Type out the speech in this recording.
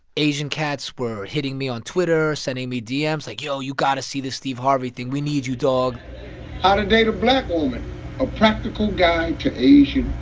asian cats were hitting me on twitter, sending me dms like, yo, you got to see this steve harvey thing. we need you, dog how to date a black woman a practical guide to asian